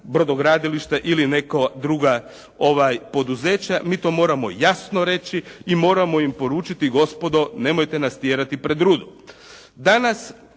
brodogradilišta ili neko drugo poduzeće. Mi to moramo jasno reći i moramo im poručiti, gospodo nemojte nas tjerati pred rudo.